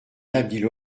habile